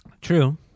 True